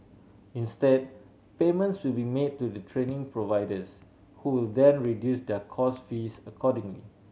instead payments will be made to the training providers who will then reduce their course fees accordingly